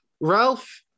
Ralph